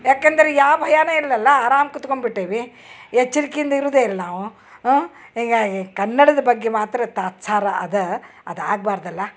ಏಕೆಂದ್ರೆ ಯಾವ ಭಯನೂ ಇಲ್ವಲ್ಲ ಅರಾಮ ಕುಂತ್ಕೊಂಬಿಟ್ಟೇವೆ ಎಚ್ಚರ್ಕೆಯಿಂದ ಇರೋದೆ ಇಲ್ಲ ನಾವು ಹಾಂ ಹೀಗಾಗಿ ಕನ್ನಡದ ಬಗ್ಗೆ ಮಾತ್ರ ತಾತ್ಸಾರ ಇದೆ ಅದು ಆಗ್ಬಾರ್ದಲ್ವ